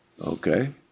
Okay